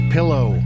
Pillow